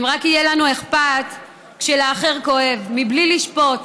אם רק יהיה לנו אכפת כשלאחר כואב, בלי לשפוט,